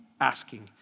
asking